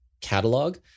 catalog